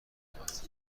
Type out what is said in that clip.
آمد